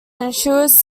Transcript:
ensures